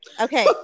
Okay